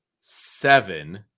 seven